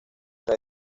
era